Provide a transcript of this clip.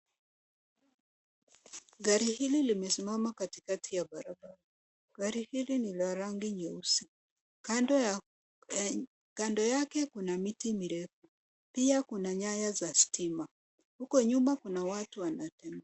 Gari hili limesimama katikati ya barabara. Gari hili ni la rangi nyeusi. Kando yake kuna miti mirefu. Pia kuna nyaya za stima. Huko nyuma kuna watu wanakimbia.